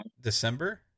December